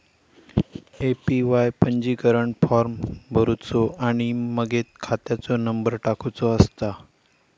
APY पंजीकरण form भरुचो आणि मगे खात्याचो नंबर टाकुचो असता